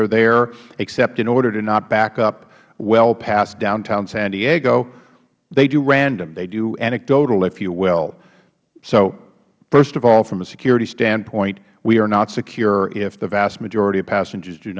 are there except in order to not back up well passed downtown san diego they do random they do anecdotal if you will so first of all from a security standpoint we are not secure if the vast majority of passengers do